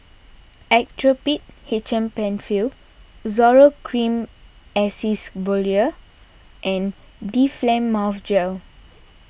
Actrapid H M Penfill Zoral Cream Acyclovir and Difflam Mouth Gel